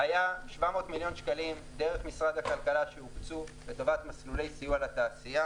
היו 700 מיליון שקלים דרך משרד הכלכלה שהוקצו לטובת מסלולי סיוע לתעשייה